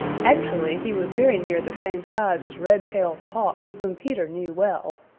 actually he was very near the same size as redtail the hawk, whom peter knew well.